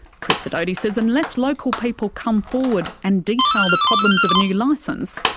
chris sidoti says unless local people come forward and detail the problems of a new licence,